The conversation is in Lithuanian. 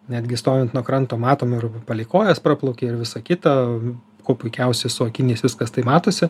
netgi stovint nuo kranto matom ir palei kojas praplaukia ir visa kita kuo puikiausiai su akiniais viskas tai matosi